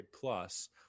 plus